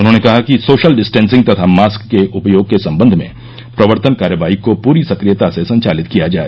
उन्होंने कहा कि सोशल डिस्टेंसिंग तथा मास्क के उपयोग के सम्बन्ध में प्रवर्तन कार्रवाई को पूरी सक्रियता से संचालित किया जाए